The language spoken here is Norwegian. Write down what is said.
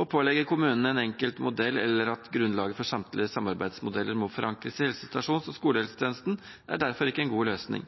Å pålegge kommunene en enkelt modell eller at grunnlaget for samtlige samarbeidsmodeller må forankres i helsestasjons- og skolehelsetjenesten, er derfor ikke en god løsning.